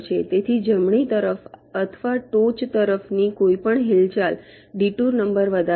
તેથી જમણી તરફ અથવા ટોચ તરફની કોઈપણ હિલચાલ ડિટુર નંબર વધારશે નહીં